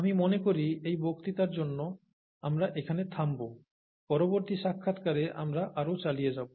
আমি মনে করি এই বক্তৃতার জন্য আমরা এখানে থামব পরবর্তী সাক্ষাৎকারে আমরা আরও চালিয়ে যাব